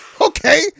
okay